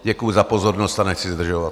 Děkuji za pozornost a nechci zdržovat.